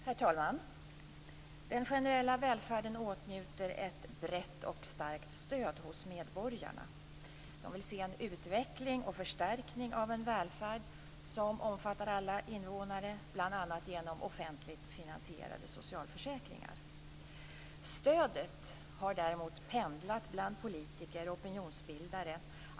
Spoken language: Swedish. Herr talman! Den generella välfärden åtnjuter ett brett och starkt stöd hos medborgarna. De vill se en utveckling och förstärkning av en välfärd som omfattar alla invånare, bl.a. genom offentligt finansierade socialförsäkringar. Stödet har däremot pendlat bland politiker och opinionsbildare.